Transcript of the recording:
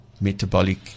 metabolic